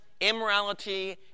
immorality